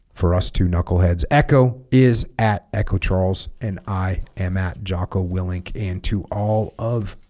for us two knuckleheads echo is at echo charles and i am at jocko willink and to all of